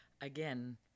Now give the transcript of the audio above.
again